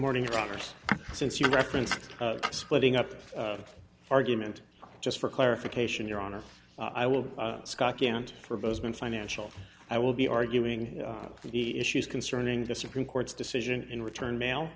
morning truckers since you referenced splitting up the argument just for clarification your honor i will scott kent for bozeman financial i will be arguing the issues concerning the supreme court's decision in return mail